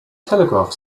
telegraph